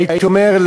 הייתי אומר,